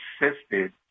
insisted